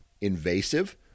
invasive